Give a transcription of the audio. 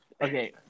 okay